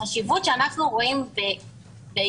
החשיבות שאנחנו רואים בהתייחסות,